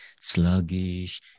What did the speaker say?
sluggish